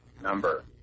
number